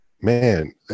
man